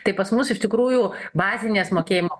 tai pas mus iš tikrųjų bazinės mokėjimo